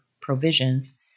provisions